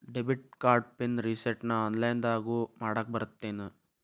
debit card pin ರಿಸೆಟ್ನ ಆನ್ಲೈನ್ದಗೂ ಮಾಡಾಕ ಬರತ್ತೇನ್